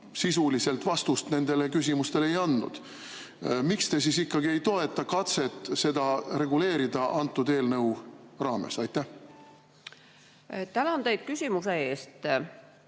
sisuliselt vastust nendele küsimustele ei andnud. Miks te siis ikkagi ei toeta katset seda olukorda reguleerida selle eelnõu raames? Tänan teid küsimuse eest!